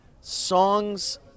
songs